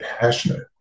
passionate